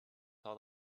saw